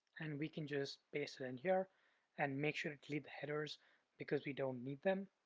and we can just paste it in here and make sure to delete the headers because we don't need them,